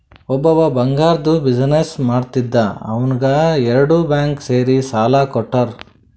ಒಬ್ಬವ್ ಬಂಗಾರ್ದು ಬಿಸಿನ್ನೆಸ್ ಮಾಡ್ತಿದ್ದ ಅವ್ನಿಗ ಎರಡು ಬ್ಯಾಂಕ್ ಸೇರಿ ಸಾಲಾ ಕೊಟ್ಟಾರ್